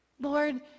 Lord